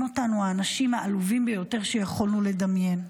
אותנו האנשים העלובים ביותר שיכולנו לדמיין.